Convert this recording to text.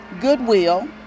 goodwill